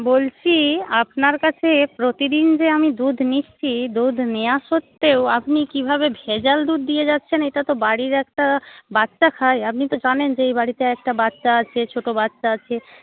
বলছি আপনার কাছে প্রতিদিন যে আমি দুধ নিচ্ছি দুধ নেওয়া সত্ত্বেও আপনি কীভাবে ভেজাল দুধ দিয়ে যাচ্ছেন এটা তো বাড়ির একটা বাচ্চা খায় আপনি তো জানেন যে এই বাড়িতে একটা বাচ্চা আছে ছোটো বাচ্চা আছে